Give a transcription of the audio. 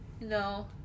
no